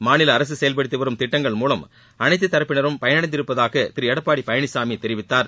மாநில அரசு செயல்படுத்தி வரும் திட்டங்கள் மூலம் அனைத்து தரப்பினரும் பயனடைந்திருப்பதாக திரு எடப்பாடி பழனிசாமி தெரிவித்தார்